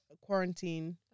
quarantine